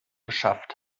geschafft